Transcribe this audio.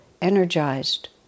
energized